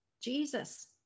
Jesus